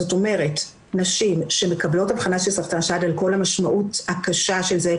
זאת אומרת נשים שמקבלות אבחנה של סרטן שד על כל המשמעות הקשה של זה,